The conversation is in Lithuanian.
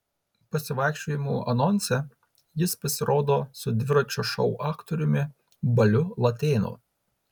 pasivaikščiojimų anonse jis pasirodo su dviračio šou aktoriumi baliu latėnu